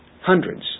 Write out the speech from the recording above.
hundreds